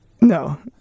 No